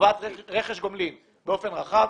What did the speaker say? חובת רכש גומלין באופן רחב,